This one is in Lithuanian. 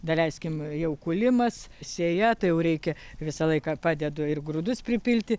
neleiskim jau kūlimas sėja tai jau reikia visą laiką padedu ir grūdus pripilti